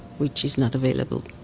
which is not available.